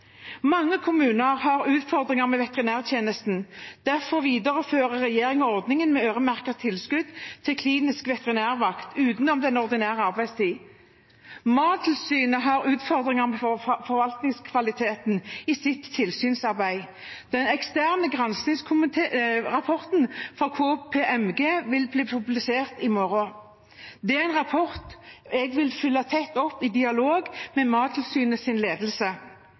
Mange kommuner har utfordringer med veterinærtjenesten. Derfor viderefører regjeringen ordningen med øremerket tilskudd til klinisk veterinærvakt utenom ordinær arbeidstid. Mattilsynet har utfordringer med forvaltningskvaliteten i sitt tilsynsarbeid. Den eksterne granskningsrapporten fra KPMG vil bli publisert i morgen. Det er en rapport jeg vil følge tett opp, i dialog med Mattilsynets ledelse. Vi er helt avhengig av å ha en styrket tillit til Mattilsynet.